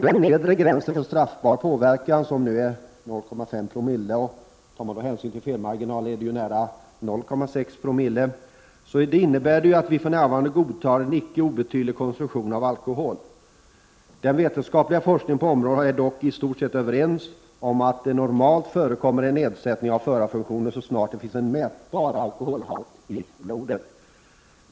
Den nedre gränsen för straffbar påverkan, som nu är 0,5 promille,” — tar man hänsyn till felmarginalen är det nära 0,6 promille — ”innebär att man för närvarande godtar en icke obetydlig konsumtion av alkohol. Den vetenskapliga forskningen på området är dock i stort sett överens om att det normalt förekommer en nedsättning av förarfunktionerna så snart det finns en mätbar alkoholhalt i blodet.